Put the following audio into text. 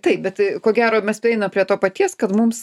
taip bet ko gero mes prieinam prie to paties kad mums